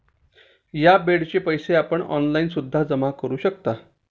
या बेडचे पैसे आपण ऑनलाईन सुद्धा जमा करू शकता